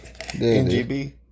NGB